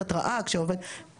ברור שהוא צריך לקבל התראה.